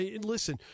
Listen